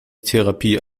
therapie